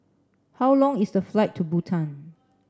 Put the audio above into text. how long is the flight to Bhutan